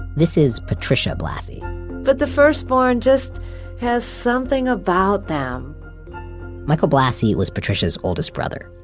this is patricia blassi but the firstborn just has something about them michael blassi was patricia's oldest brother.